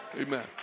amen